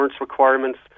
requirements